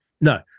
No